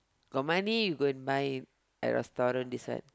got money you go and buy at restaurant this one